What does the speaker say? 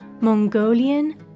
Mongolian